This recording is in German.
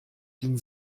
den